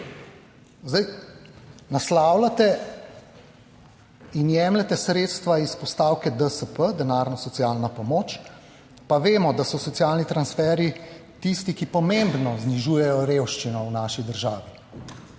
Zdaj naslavljate in jemljete sredstva iz postavke DSP, (denarna socialna pomoč) pa vemo, da so socialni transferji tisti, ki pomembno znižujejo revščino v naši državi.